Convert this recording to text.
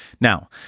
Now